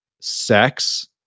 sex